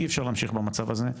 אי אפשר להמשיך במצב הזה,